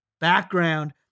background